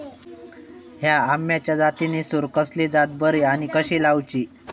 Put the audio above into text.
हया आम्याच्या जातीनिसून कसली जात बरी आनी कशी लाऊची?